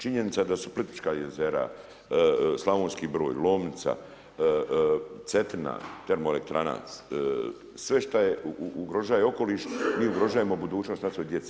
Činjenica da su Plitvička jezera, Slavonski Brod, Lomnica, Cetina, termoelektrana, sve šta ugrožava okoliš, mi ugrožavamo budućnost našoj djeci.